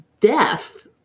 death